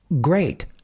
great